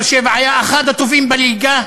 באר-שבע היא אחת הטובות בליגה,